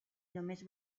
només